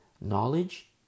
knowledge